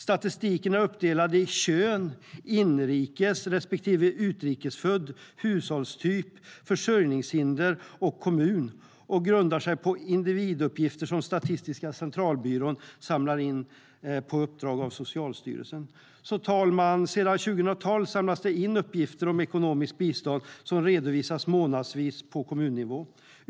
Statistiken är uppdelad efter kön, inrikes respektive utrikesfödd, hushållstyp, försörjningshinder och kommun, och den grundar sig på individuppgifter som Statistiska centralbyrån samlar in på uppdrag av Socialstyrelsen. Sedan 2012 samlas det alltså in uppgifter om ekonomiskt bistånd som redovisas månadsvis på kommunnivå.